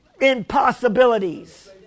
impossibilities